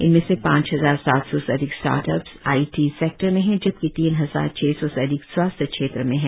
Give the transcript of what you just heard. इनमें से पांच हजार सात सौ से अधिक स्टार्टअप्स आईटी सैक्टर में हैं जबकि तीन हजार छह सौ से अधिक स्वास्थ्य क्षेत्र में हैं